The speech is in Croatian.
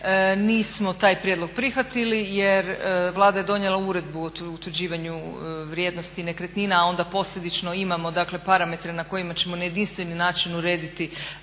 nisam taj prijedlog prihvatili jer Vlada je donijela uredbu o utvrđivanju vrijednosti nekretnina a onda posljedično imamo dakle parametre na kojima ćemo na jedinstven način urediti